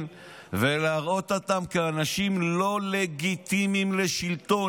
ולהראות אותם כאנשים לא לגיטימיים לשלטון.